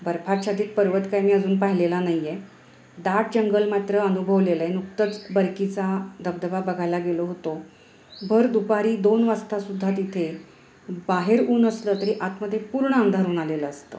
बर्फाच्छादित पर्वत काही मी अजून पाहिलेला नाही आहे दाट जंगल मात्र अनुभवलेलं आहे नुकतंच बरकीचा धबधबा बघायला गेलो होतो भर दुपारी दोन वाजतासुद्धा तिथे बाहेर ऊन असलं तरी आतमध्ये पूर्ण अंधारून आलेलं असतं